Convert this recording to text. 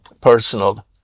personal